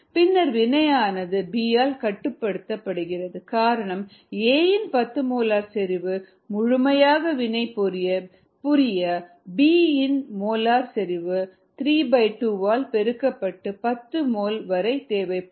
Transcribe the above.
பின்னர் வினையானது B ஆல் கட்டுப்படுத்தப்படுகிறது காரணம் A இன் 10 மோலார் செறிவு முழுமையாக வினைபுரிய B இன் மோலார் செறிவு 32 ஆல் பெருக்கப்பட்ட 10 மோல் வரை தேவைப்படும்